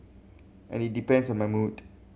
and it depends on my mood